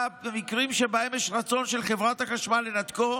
במקרים שבהם יש רצון של חברת החשמל לנתקו,